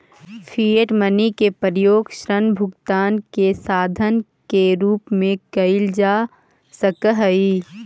fiat money के प्रयोग ऋण भुगतान के साधन के रूप में कईल जा सकऽ हई